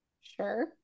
Sure